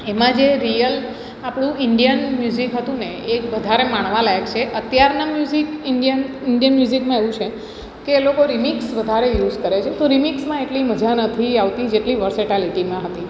એમાં જે રિયલ આપણું ઇંડિયન મ્યુઝિક હતું ને એ વધારે માણવા લાયક છે અત્યારનાં મ્યુઝિક ઇંડિયન ઇંડિયન મ્યુઝિકમાં એવું છે કે એ લોકો રિમિક્સ વધારે યુસ કરે છે તો રિમિક્સમાં એટલી મજા નથી આવતી જેટલી વર્સેટાલિટીમાં હતી